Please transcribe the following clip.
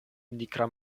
nigra